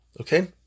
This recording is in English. Okay